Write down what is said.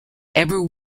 ever